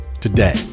Today